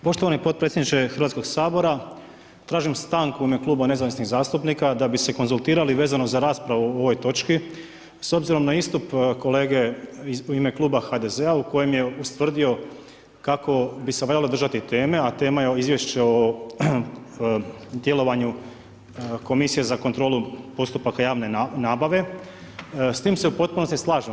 Poštovani potpredsjedniče HS, tražim stanku u ime Kluba nezavisnih zastupnika da bi se konzultirali vezano za raspravu u ovoj točki s obzirom na istup kolege u ime Kluba HDZ-a u kojem je ustvrdio kako bi se valjalo držati teme, a tema je izvješće o djelovanju Komisije za kontrolu postupaka javne nabave, s tim se u potpunosti slažem.